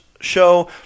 show